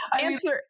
Answer